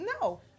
no